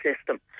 system